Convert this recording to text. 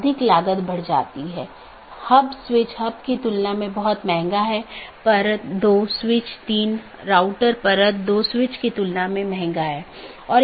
क्योंकि पूर्ण मेश की आवश्यकता अब उस विशेष AS के भीतर सीमित हो जाती है जहाँ AS प्रकार की चीज़ों या कॉन्फ़िगरेशन को बनाए रखा जाता है